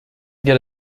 get